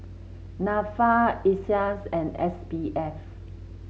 NAFA Iseas and S B F